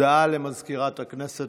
ירושלים, הכנסת,